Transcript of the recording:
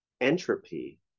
entropy